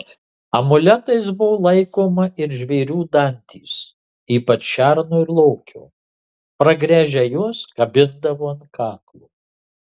amuletais buvo laikoma ir žvėrių dantys ypač šerno ir lokio pragręžę juos kabindavo ant kaklo